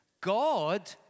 God